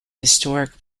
historic